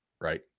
right